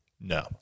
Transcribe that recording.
No